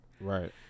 Right